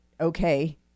okay